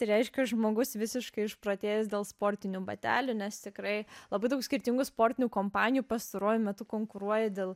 tai reiškia žmogus visiškai išprotėjęs dėl sportinių batelių nes tikrai labai daug skirtingų sportinių kompanijų pastaruoju metu konkuruoja dėl